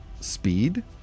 speed